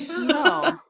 No